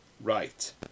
right